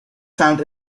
found